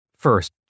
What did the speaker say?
first